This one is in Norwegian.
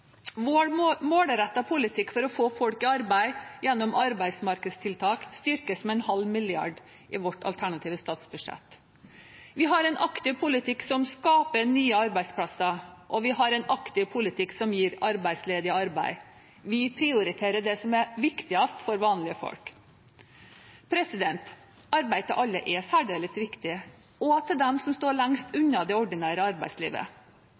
politikk for å få folk i arbeid gjennom arbeidsmarkedstiltak styrkes med en halv milliard kroner i vårt alternative statsbudsjett. Vi har en aktiv politikk som skaper nye arbeidsplasser, og vi har en aktiv politikk som gir arbeidsledige arbeid. Vi prioriterer det som er viktigst for vanlige folk. Arbeid til alle er særdeles viktig, også til dem som står lengst unna det ordinære arbeidslivet.